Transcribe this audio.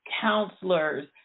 counselors